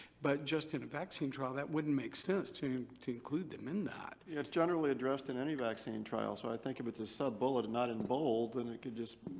but just in a vaccine trial that wouldn't make sense to to include them in that. it's generally addressed in any vaccine and trials. so but i think if it's a sub-bullet and not in bold, then it could just.